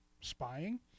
spying